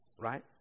right